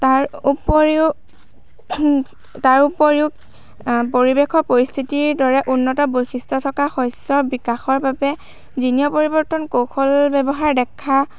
তাৰ উপৰিও তাৰ উপৰিও পৰিৱেশ পৰিস্থিতিৰ দৰে উন্নত বৈশিষ্ট্য থকা শস্যৰ বিকাশৰ বাবে জিনীয় পৰিৱৰ্তন কৌশল ব্যৱহাৰ দেখা